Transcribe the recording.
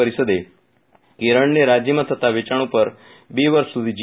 પરિષદે કેરળને રાજયમાં થતા વેચાજ઼ ઉપર બે વર્ષ સુધી જી